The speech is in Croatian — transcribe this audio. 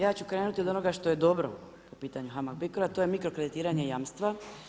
Ja ću krenuti od onoga što je dobro po pitanju HAMAG BICRO-a, to je mikro kreditiranje jamstva.